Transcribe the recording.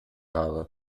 habe